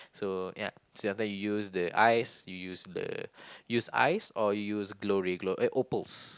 so ya sometimes you use the ice you use the use ice or use glory gl~ eh opals